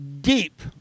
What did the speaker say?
deep